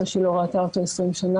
אחרי שהיא לא ראתה אותו 20 שנים,